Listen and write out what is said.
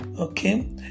Okay